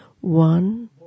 one